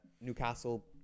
Newcastle